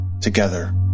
together